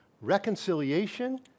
reconciliation